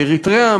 באריתריאה,